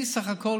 אני סך הכול